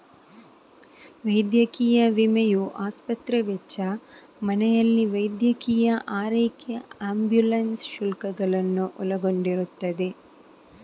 ವೈದ್ಯಕೀಯ ವಿಮೆಯು ಆಸ್ಪತ್ರೆ ವೆಚ್ಚ, ಮನೆಯಲ್ಲಿ ವೈದ್ಯಕೀಯ ಆರೈಕೆ ಆಂಬ್ಯುಲೆನ್ಸ್ ಶುಲ್ಕಗಳನ್ನು ಒಳಗೊಂಡಿರುತ್ತದೆ